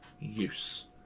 use